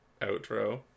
outro